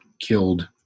killed